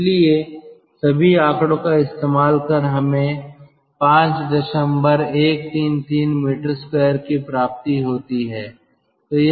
इसलिए सभी आंकड़ों का इस्तेमाल कर हमें 5133 m2 की प्राप्ति होती है